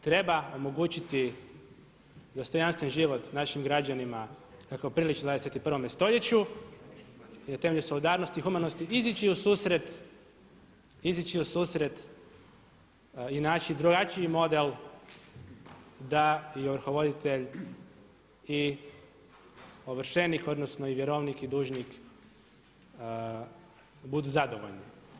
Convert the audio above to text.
Treba omogućiti dostojanstven život našim građanima kako priliči u 21. stoljeću i na temelju solidarnosti i humanosti izići u susret i naći drugačiji model da i ovrhovoditelj i ovršenik odnosno i vjerovnik i dužnik budu zadovoljni.